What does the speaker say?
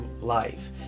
life